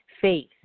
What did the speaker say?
faith